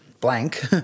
blank